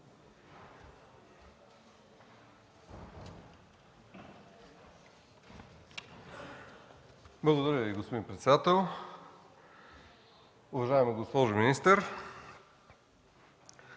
Благодаря, господин председател. Уважаеми господин министър,